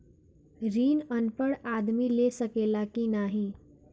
ऋण अनपढ़ आदमी ले सके ला की नाहीं?